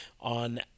on